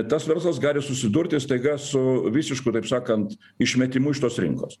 tas verslas gali susidurti staiga su visišku taip sakant išmetimu iš tos rinkos